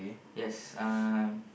yes um